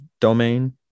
domain